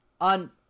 on